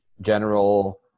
general